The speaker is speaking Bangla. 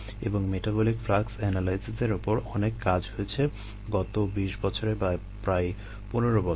এবং মেটাবলিক ফ্লাক্স এনালাইসিসের উপর অনেক কাজ হয়েছে গত 20 বছরে বা প্রায় 15 বছরে